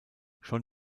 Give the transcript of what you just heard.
schon